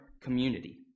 community